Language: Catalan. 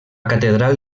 catedral